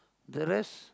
the rest